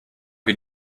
wie